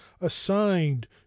assigned